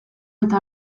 eta